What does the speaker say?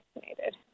vaccinated